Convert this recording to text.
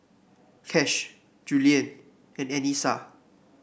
Kash Juliann and Anissa